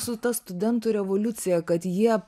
su ta studentų revoliucija kad jie